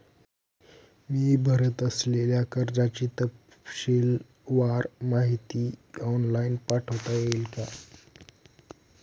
मी भरत असलेल्या कर्जाची तपशीलवार माहिती ऑनलाइन पाठवता येईल का?